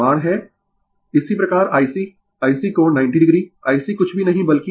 इसी प्रकार ICIC कोण 90o IC कुछ भी नहीं बल्कि VXC